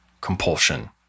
compulsion